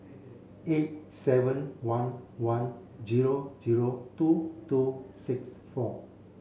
eight seven one one zero zero two two six four